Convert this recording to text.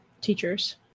teachers